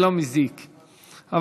מיכל רוזין,